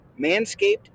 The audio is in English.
Manscaped